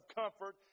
comfort